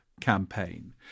campaign